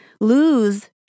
lose